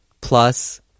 plus